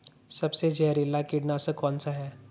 सबसे जहरीला कीटनाशक कौन सा है?